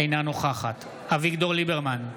אינה נוכחת אביגדור ליברמן,